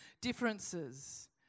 differences